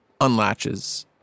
unlatches